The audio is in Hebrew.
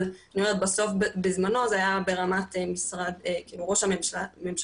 אבל אני אומרת שבסוף בזמנו זה היה ברמת ראש הממשלה,